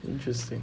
interesting